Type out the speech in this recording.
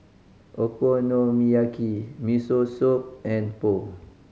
Okonomiyaki Miso Soup and Pho